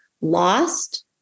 lost